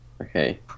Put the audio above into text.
Okay